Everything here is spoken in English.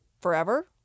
forever